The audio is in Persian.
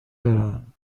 دارن